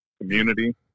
Community